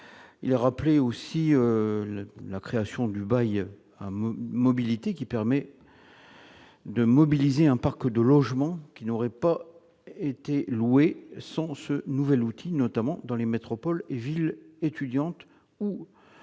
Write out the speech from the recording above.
cet amendement. La création du bail mobilité permet de mobiliser un parc de logements qui n'auraient pas été loués sans ce nouvel outil, notamment dans les métropoles et villes étudiantes où le